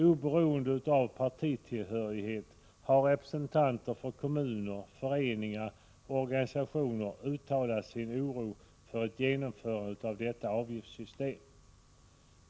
Oberoende av partitillhörighet har representanter för kommuner, föreningar och organisationer uttalat sin oro för ett genomförande av detta avgiftssystem.